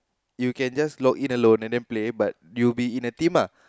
you can just login in alone and then play but you will be in a team ah